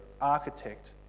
architect